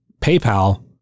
PayPal